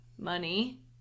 money